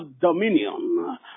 dominion